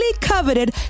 coveted